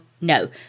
no